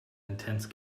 intense